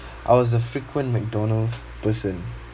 I was a frequent McDonald's person